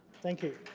thank you.